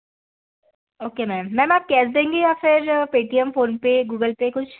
okay ma'am ma'am आप cash देंगी या फिर पेटीएम फ़ोनपे गूगलपे कुछ